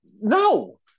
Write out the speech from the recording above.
No